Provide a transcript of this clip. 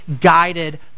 guided